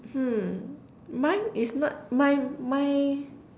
hmm mine is not mine my